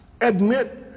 Admit